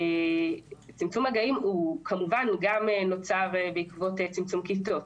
צמצום מגעים כמובן נוצר בעקבות צמצום כיתות,